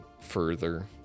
further